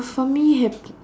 for me hap~